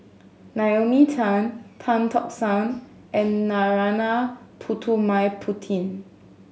Naomi Tan Tan Tock San and Narana Putumaippittan